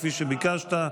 כפי שביקשת,